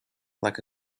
like